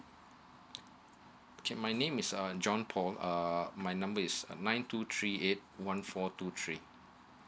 okay my name is um john paul uh my number is uh nine two three eight one four two three